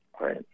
Right